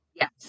Yes